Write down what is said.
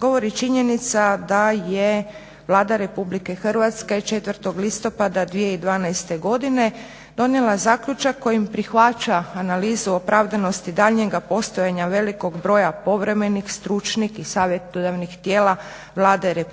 govori činjenica da je Vlada RH 4.listopada 2012.godine donijela zaključak kojim prihvaća analizu opravdanosti daljnjega postojanja velikog broja povremenih, stručnih i savjetodavnih tijela Vlade RH i